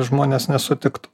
žmonės nesutiktų